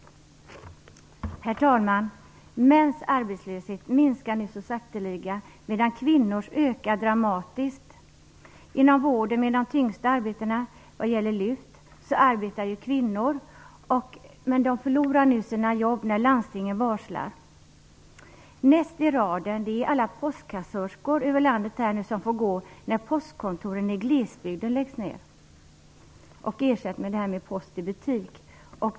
Herr talman! Mäns arbetslöshet minskar nu så sakteliga, medan kvinnors ökar dramatiskt. Inom vården, med de tyngsta arbetena vad gäller lyft, arbetar mest kvinnor. De förlorar nu sina jobb när landstingen varslar. Näst i raden är alla postkassörskor som får gå när postkontoren i glesbygd läggs ner och ersätts med post i butik.